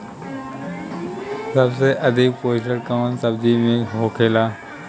सबसे अधिक पोषण कवन सब्जी में होखेला?